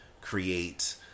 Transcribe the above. create